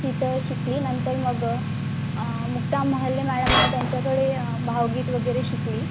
तिथं शिकले नंतर मग मुक्ता मोहल्ले मॅडम आहे त्यांच्याकडे भावगीत वगैरे शिकले